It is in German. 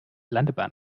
landebahn